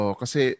kasi